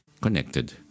connected